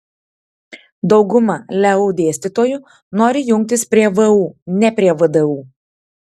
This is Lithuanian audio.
dauguma leu dėstytojų nori jungtis prie vu ne prie vdu